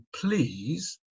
please